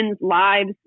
lives